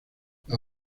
las